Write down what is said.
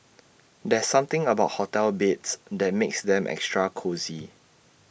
there's something about hotel beds that makes them extra cosy